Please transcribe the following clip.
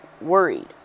worried